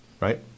right